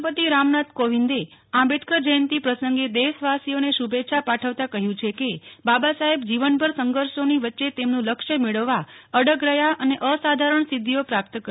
રાષ્ટ્રપતિ રામનાથ કોવિંદે આમ્બેડકર જયંતિ પ્રસંગે દેશવાસીઓને શુભેચ્છા પાઠવતા કહ્યું છે કે બાબા સાહેબ જીવનભર સંઘર્ષોની વચ્ચે તેમનું લક્ષ્ય મેળવવા અડગ રહ્યા અને અસાધારણ સિધ્ધીઓ પ્રાપ્ત કરી